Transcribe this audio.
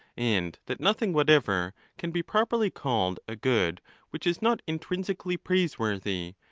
and that nothing whatever can be properly called a good which is not intrinsically praiseworthy,